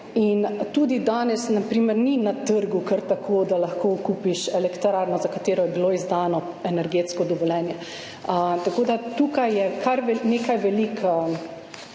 in tudi danes na primer ni na trgu kar tako, da lahko kupiš elektrarno, za katero je bilo izdano energetsko dovoljenje. Tukaj je kar nekaj